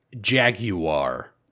Jaguar